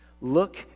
Look